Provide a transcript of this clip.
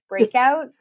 breakouts